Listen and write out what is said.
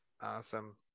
Awesome